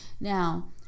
Now